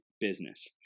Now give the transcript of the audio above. business